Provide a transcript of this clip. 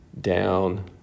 down